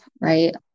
right